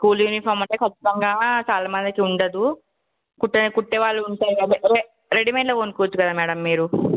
school uniform అంటే ఖచ్చితంగా చాలా మందికి అయితే ఉండదు కుట్టే కుట్టేవాళ్ళు ఉంటే రెడిమేడ్లో కొనుక్కోవచ్చు కదా మ్యాడం మీరు